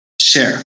share